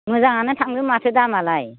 मोजाङानो थाङो माथो दामालाय